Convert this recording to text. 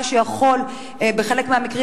מה שיכול בחלק מהמקרים,